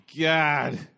God